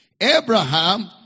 Abraham